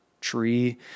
tree